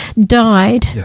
died